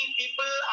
people